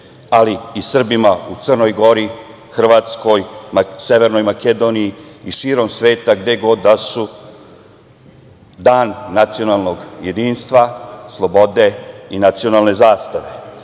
ali i Srbima u Crnoj Gori, Hrvatskoj, Severnoj Makedoniji i širom sveta, gde god da su, Dan nacionalnog jedinstva, slobode i nacionalne zastave.